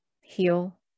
heal